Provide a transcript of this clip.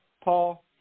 Paul